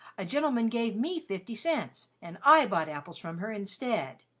a gentleman gave me fifty cents and i bought apples from her instead.